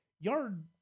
yard